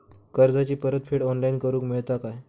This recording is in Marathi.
कर्जाची परत फेड ऑनलाइन करूक मेलता काय?